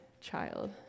child